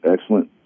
excellent